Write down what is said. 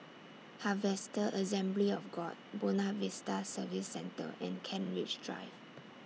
Harvester Assembly of God Buona Vista Service Centre and Kent Ridge Drive